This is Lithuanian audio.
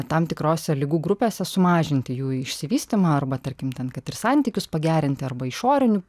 tam tikrose ligų grupėse sumažinti jų išsivystymą arba tarkim ten kad ir santykius pagerinti arba išorinių